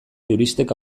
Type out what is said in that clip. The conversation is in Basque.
juristek